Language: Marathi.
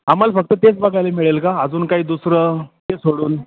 आम्हाला फक्त तेच बघायला मिळेल का अजून काही दुसरं ते सोडून